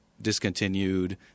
discontinued